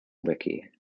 wiki